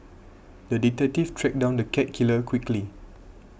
the detective tracked down the cat killer quickly